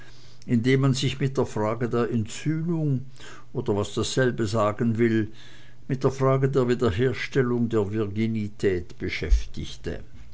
dem man sich mit der frage der entsühnung oder was dasselbe sagen will mit der frage der wiederherstellung der virginität beschäftigte